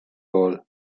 hall